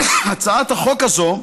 את הצעת החוק הזו,